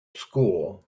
school